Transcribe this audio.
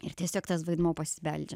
ir tiesiog tas vaidmuo pasibeldžia